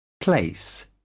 Place